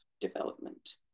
development